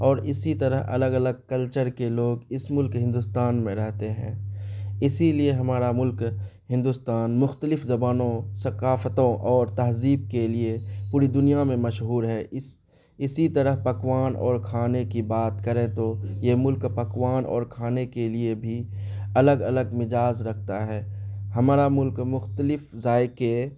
اور اسی طرح الگ الگ کلچر کے لوگ اس ملک ہندوستان میں رہتے ہیں اسی لیے ہمارا ملک ہندوستان مختلف زبانوں ثقافتوں اور تہذیب کے لیے پوری دنیا میں مشہور ہے اس اسی طرح پکوان اور کھانے کی بات کریں تو یہ ملک پکوان اور کھانے کے لیے بھی الگ الگ مجاز رکھتا ہے ہمارا ملک مختلف ذائقے